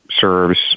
serves